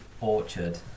Orchard